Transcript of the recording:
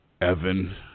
Evan